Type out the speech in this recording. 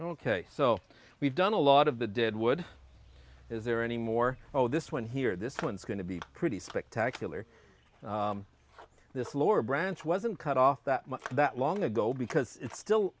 ok so we've done a lot of the dead wood is there any more oh this one here this one's going to be pretty spectacular this lower branch wasn't cut off that much that long ago because it's still